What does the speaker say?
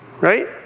Right